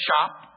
shop